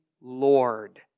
Lord